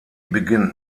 beginnt